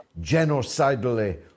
genocidally